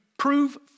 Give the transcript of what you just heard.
prove